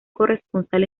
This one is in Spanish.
corresponsal